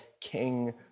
King